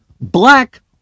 black